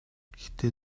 гэхдээ